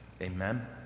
Amen